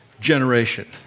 generation